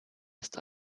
ist